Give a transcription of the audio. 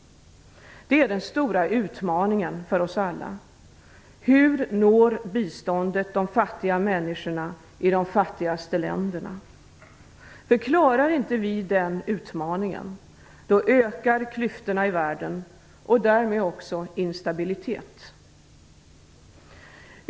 Det är den stora utmaningen för oss alla. Hur når biståndet de fattiga människorna i de fattigaste länderna? Om vi inte klarar den utmaningen ökar klyftorna i världen och därmed också instabiliteten.